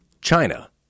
China